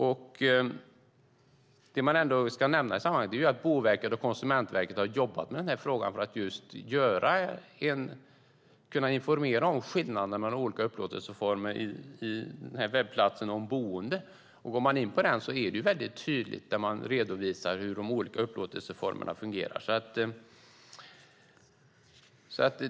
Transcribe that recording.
I sammanhanget ska man nämna att Boverket och Konsumentverket har jobbat med den här frågan för att kunna informera om skillnader mellan olika upplåtelseformer på webbplatsen om boende. Om man går in på den webbplatsen ser man att det tydligt redovisas hur de olika upplåtelseformerna fungerar.